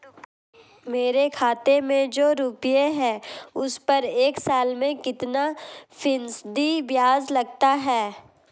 मेरे खाते में जो रुपये हैं उस पर एक साल में कितना फ़ीसदी ब्याज लगता है?